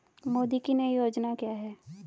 मोदी की नई योजना क्या है?